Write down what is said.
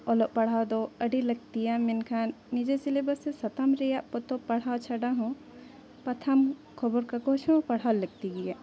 ᱚᱞᱚᱜ ᱯᱟᱲᱦᱟᱣ ᱫᱚ ᱟᱹᱰᱤ ᱞᱟᱹᱠᱛᱤᱭᱟ ᱢᱮᱱᱠᱷᱟᱱ ᱱᱤᱡᱮ ᱥᱮᱞᱮᱵᱟᱥ ᱥᱮ ᱥᱟᱛᱟᱢ ᱨᱮᱭᱟᱜ ᱯᱚᱛᱚᱵ ᱯᱟᱲᱦᱟᱣ ᱪᱷᱟᱰᱟ ᱦᱚᱸ ᱯᱟᱛᱷᱟᱢ ᱠᱷᱚᱵᱚᱨ ᱠᱟᱜᱚᱡᱽ ᱦᱚᱸ ᱯᱟᱲᱦᱟᱣ ᱞᱟᱹᱠᱛᱤ ᱜᱮᱭᱟ